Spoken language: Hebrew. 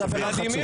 אתה מדבר על חצופים?